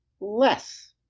less